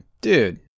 dude